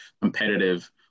competitive